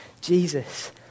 Jesus